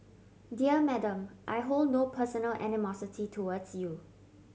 dear Madam I hold no personal animosity towards you